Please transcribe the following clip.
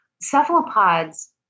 Cephalopods